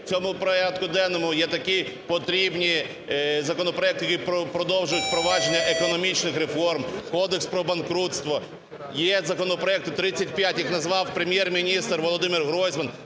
цьому порядку денному є такий потрібний законопроект, які продовжують впроваджують впровадження економічних реформ, Кодекс про банкрутство. Є законопроекти - 35, їх назвав Прем'єр-міністр Володимир Гройсман,